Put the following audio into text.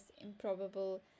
improbable